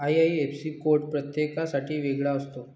IIFC code प्रत्येकासाठी वेगळा असतो